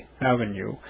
Avenue